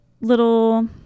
little